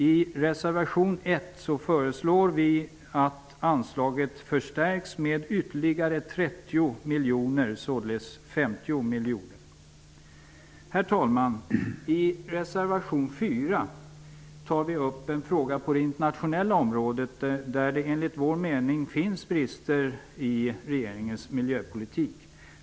I reservation 1 föreslår vi att anslaget förstärks med ytterligare 30 Herr talman! I reservation 4 tar vi upp en fråga på det internationella området, där det enligt vår mening finns brister i regeringens miljöpolitik.